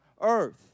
earth